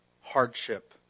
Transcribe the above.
hardship